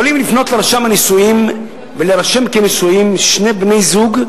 יכולים לפנות לרשם הנישואים ולהירשם כנשואים שני בני-זוג,